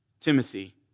Timothy